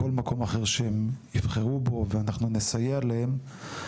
לכל מקום אחר שהם יבחרו בו ואנחנו נסייע להם,